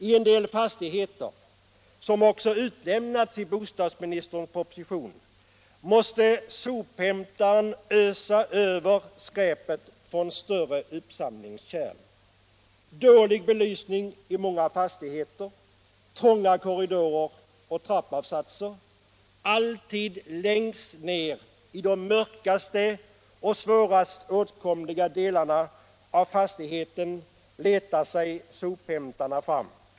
I en del fastigheter — som också utlämnats i bostadsministerns proposition — måste sophämtarna ösa över skräpet från större uppsamlingskärl. Många fastigheter har dålig belysning, trånga korridorer och trappavsatser. Det är alltid längst ner i de mörkaste och svårast åtkomliga delarna av fastigheten som sophämtarna letar sig fram.